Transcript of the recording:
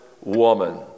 woman